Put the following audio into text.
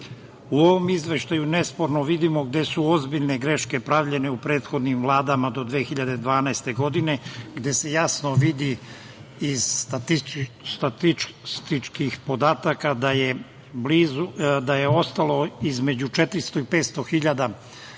U ovom izveštaju nesporno vidimo gde su ozbiljne greške pravljene u prethodnim vladama do 2012. godine, gde se jasno vidi iz statističkih podataka da je ostalo između 400 i 500